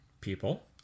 people